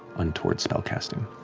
untoward spell casting.